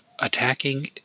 attacking